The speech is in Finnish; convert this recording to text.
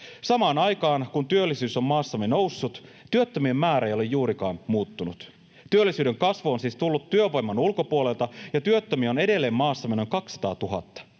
Samaan aikaan kun työllisyys on maassamme noussut, työttömien määrä ei ole juurikaan muuttunut. Työllisyyden kasvu on siis tullut työvoiman ulkopuolelta, ja työttömiä on edelleen maassamme noin 200 000.